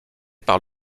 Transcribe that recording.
par